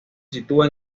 sitúa